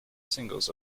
singles